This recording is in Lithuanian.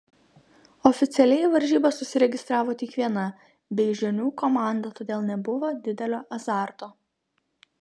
oficialiai į varžybas užsiregistravo tik viena beižionių komanda todėl nebuvo didelio azarto